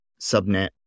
Subnet